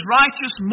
righteous